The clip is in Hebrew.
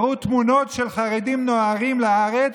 הראו תמונות של חרדים נוהרים לארץ,